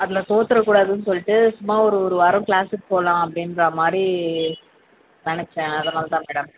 அதில் தோற்றுற கூடாதுன்னு சொல்லிட்டு சும்மா ஒரு ஒரு வாரம் க்ளாஸ்ஸுக்கு போகலாம் அப்படின்றா மாதிரி நினச்சேன் அதனாலதான் மேடம்